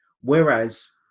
Whereas